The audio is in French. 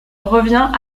revient